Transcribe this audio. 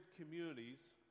communities